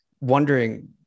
wondering